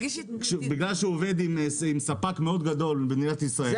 בגלל שהוא עובד עם ספק מאוד גדול במדינת ישראל,